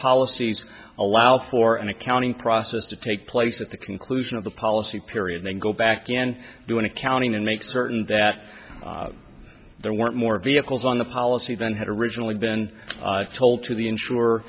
policies allow for an accounting process to take place at the conclusion of the policy period then go back and do an accounting and make certain that there weren't more vehicles on the policy than had originally been told to the ensure